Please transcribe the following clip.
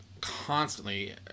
constantly